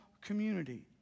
community